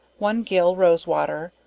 one gill rose-water,